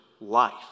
life